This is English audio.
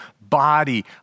body